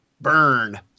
Burn